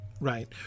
Right